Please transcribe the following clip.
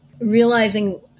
realizing